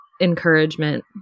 encouragement